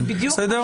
בסדר?